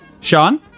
sean